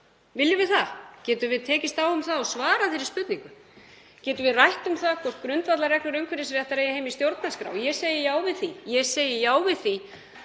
Viljum við það? Getum við tekist á um það og svarað þeirri spurningu? Getum við rætt um það hvort grundvallarreglur umhverfisréttar eigi heima í stjórnarskrá? Ég segi já við því. Ég segi já við því